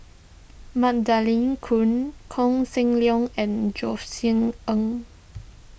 Magdalene Khoo Koh Seng Leong and Josef Ng